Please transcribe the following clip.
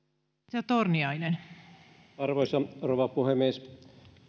arvoisa rouva puhemies